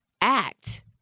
act